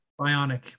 bionic